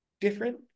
different